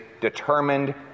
determined